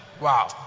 wow